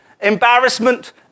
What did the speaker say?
embarrassment